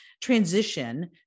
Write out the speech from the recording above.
transition